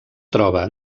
troba